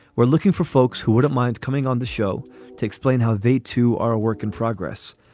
we're looking for folks who wouldn't mind coming on the show to explain how they, too, are a work in progress.